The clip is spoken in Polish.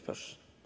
Proszę.